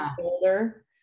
older